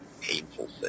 painful